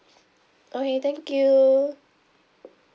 okay thank you